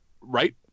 right